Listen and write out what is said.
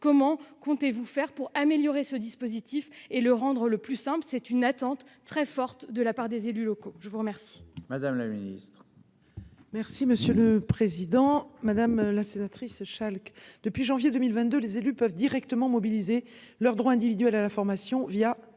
comment comptez-vous faire pour améliorer ce dispositif et le rendre le plus simple c'est une attente très forte de la part des élus locaux. Je vous remercie. Madame la Ministre. Merci monsieur le président, madame la sénatrice Schalke depuis janvier 2022, les élus peuvent directement mobilisés leur droit individuel à la formation via